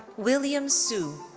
william su.